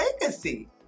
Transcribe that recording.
legacy